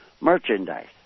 merchandise